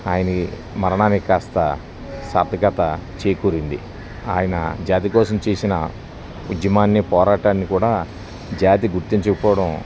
ఆయన మరణానికి కాస్త సార్ధకత చేకూరింది ఆయన జాతి కోసం చేసిన ఉద్యమాన్ని పోరాటాన్ని కూడా జాతి గుర్తించకపోవడం